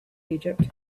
egypt